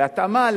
בהתאמה,